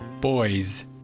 Boys